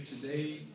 today